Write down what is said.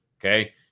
Okay